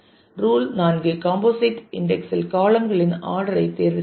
rule 4 composite இன்டெக்ஸ்இல் காளம் களின் ஆர்டர் ஐ தேர்வுசெய்க